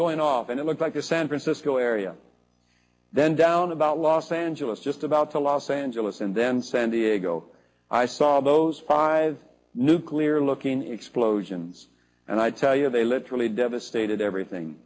going off and it looks like the san francisco area then down about los angeles just about to los angeles and then san diego i saw those nuclear looking explosions and i tell you they literally devastated everything